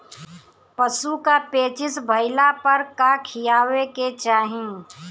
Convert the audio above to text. पशु क पेचिश भईला पर का खियावे के चाहीं?